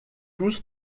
tous